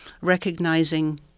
recognizing